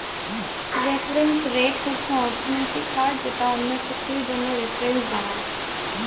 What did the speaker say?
reference rate হচ্ছে অর্থনৈতিক হার যেটা অন্য চুক্তির জন্য রেফারেন্স বানায়